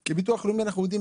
כי ביטוח לאומי אנחנו יודעים,